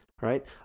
right